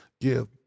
give